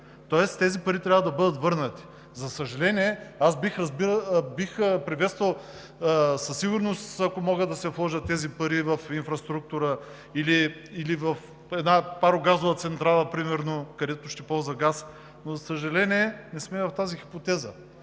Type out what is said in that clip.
Тоест тези пари трябва да бъдат върнати. Аз бих приветствал със сигурност, ако могат да се вложат тези пари в инфраструктура или в една парогазова централа примерно, която ще ползва газ, но, за съжаление, не сме в тази хипотеза.